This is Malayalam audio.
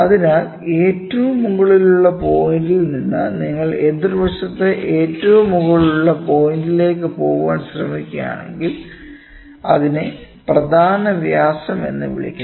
അതിനാൽ ഏറ്റവും മുകളിലുള്ള പോയിന്റിൽ നിന്ന് നിങ്ങൾ എതിർവശത്തെ ഏറ്റവും മുകളിലുള്ള പോയിന്റിലേക്ക് പോകാൻ ശ്രമിക്കുകയാണെങ്കിൽ അതിനെ പ്രധാന വ്യാസം എന്ന് വിളിക്കുന്നു